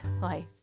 life